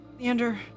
Leander